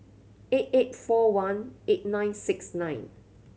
eight eight four one eight nine six nine